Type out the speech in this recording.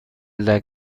لکه